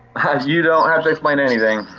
you don't have to explain anything.